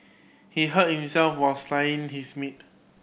he hurt himself while slicing his meat